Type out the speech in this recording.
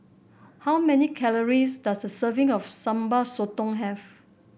how many calories does a serving of Sambal Sotong have